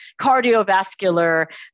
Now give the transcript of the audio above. cardiovascular